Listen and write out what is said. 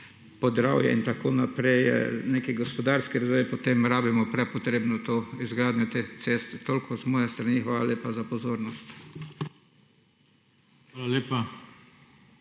Podravje in tako naprej, neki gospodarski razvoj in potem rabimo prepotrebno to izgradnjo teh cest. Toliko z moje strani, hvala lepa za pozornost.